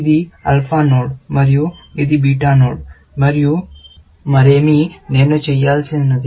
ఇది alpha node మరియు ఇది బీటా నోడ్ మరియు మరేమీ లేదు నేను చేయాల్సి ఉంది